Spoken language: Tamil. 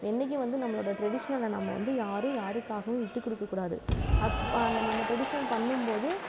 என்னைக்கும் வந்து நம்பளோட ட்ரெடிஷனில் நாம்ம வந்து யாரும் யாருக்காகவும் விட்டுக்கொடுக்க கூடாது அந்த நம்ம ட்ரெடிஷ்னல் பண்ணும் போது